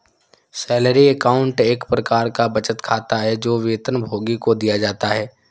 salary account एक प्रकार का बचत खाता है, जो वेतनभोगी को दिया जाता है